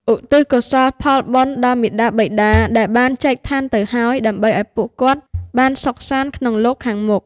ឧទ្ទិសកុសលផលបុណ្យដល់មាតាបិតាដែលបានចែកឋានទៅហើយ ដើម្បីឱ្យពួកគាត់បានសុខសាន្តក្នុងលោកខាងមុខ។